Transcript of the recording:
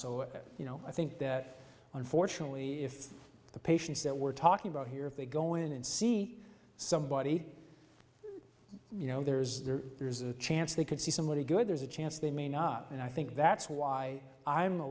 that you know i think that unfortunately if the patients that we're talking about here if they go in and see somebody you know there is there's a chance they could see somebody good there's a chance they may not and i think that's why i'm a